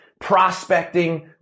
prospecting